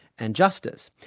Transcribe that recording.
and justice.